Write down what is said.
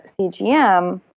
CGM